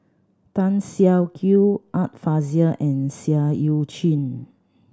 Tan Siak Kew Art Fazil and Seah Eu Chin